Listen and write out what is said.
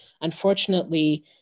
unfortunately